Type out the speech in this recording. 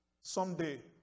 someday